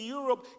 Europe